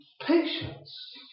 patience